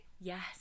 Yes